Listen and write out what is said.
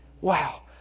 Wow